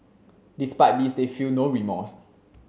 despite this they feel no remorse